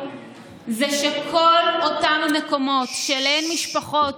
זה שכל אותם מקומות שאליהם משפחות